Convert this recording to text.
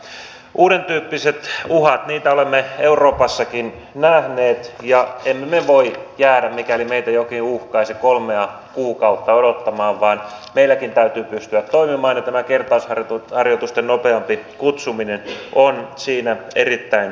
uuden tyyppisiä uhkia olemme euroopassakin nähneet ja emme me voi jäädä mikäli meitä jokin uhkaisi kolmea kuukautta odottamaan vaan meilläkin täytyy pystyä toimimaan ja tämä nopeampi kutsuminen kertausharjoituksiin on siinä erittäin tärkeä asia